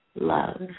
Love